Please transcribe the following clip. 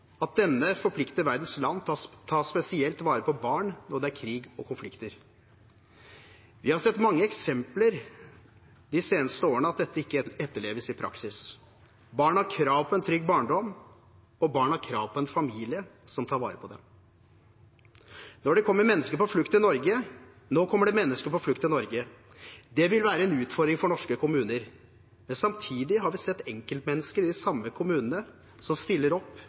at denne forplikter verdens land til å ta spesielt vare på barn når det er krig og konflikter. Vi har sett mange eksempler de seneste årene på at dette ikke etterleves i praksis. Barn har krav på en trygg barndom, og barn har krav på en familie som tar vare på dem. Nå kommer det mennesker på flukt til Norge. Det vil være en utfordring for norske kommuner, men samtidig har vi sett enkeltmennesker i de samme kommunene som stiller opp